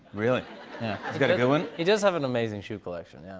really? yeah. he's got a good one? he does have an amazing shoe collection, yeah.